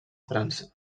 frança